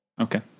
okay